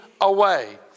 away